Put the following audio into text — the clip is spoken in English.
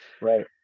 right